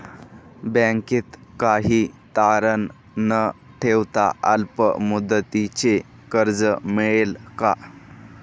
बँकेत काही तारण न ठेवता अल्प मुदतीचे कर्ज मिळेल का?